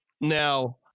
Now